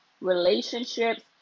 Relationships